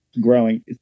growing